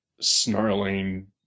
snarling